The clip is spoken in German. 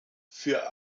für